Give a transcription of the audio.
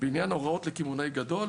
בעניין הוראות לקמעונאי גדול.